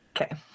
Okay